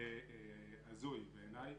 הזוי בעיניי.